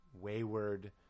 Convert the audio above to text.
wayward